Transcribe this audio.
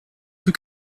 peut